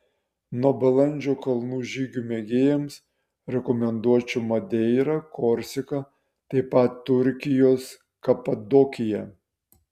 nuo balandžio kalnų žygių mėgėjams rekomenduočiau madeirą korsiką taip pat turkijos kapadokiją